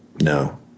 No